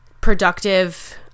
productive